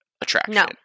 attraction